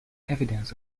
evidence